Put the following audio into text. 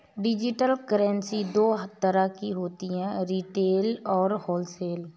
digital currency दो तरह की होती है रिटेल और होलसेल